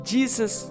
Jesus